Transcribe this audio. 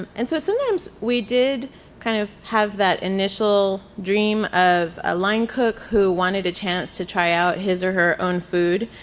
and so sometimes we did kind of have that initial dream of a line cook who wanted a chance to try out his or her own food.